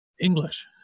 English